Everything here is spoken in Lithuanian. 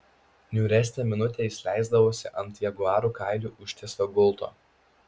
niūresnę minutę jis leisdavosi ant jaguarų kailiu užtiesto gulto